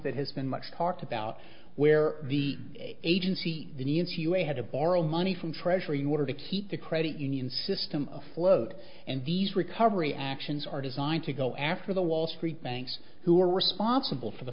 that has been much talked about where the agency the n c u a had to borrow money from treasury order to keep the credit union system a float and these recovery actions are designed to go after the wall street banks who are responsible for the